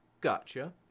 gotcha